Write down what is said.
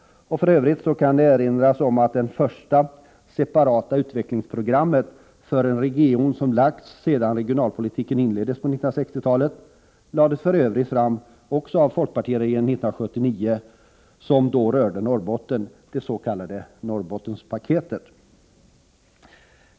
För övrigt kan det erinras om att förslag om det första separata utvecklingsprogrammet för en region sedan regionalpolitiken inleddes på 1960-talet också lades fram av folkpartiregeringen 1979. Det gällde då Norrbotten — det s.k. Norrbottenspaketet.